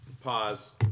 Pause